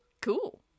Cool